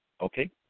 okay